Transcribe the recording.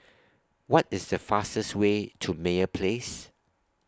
What IS The fastest Way to Meyer Place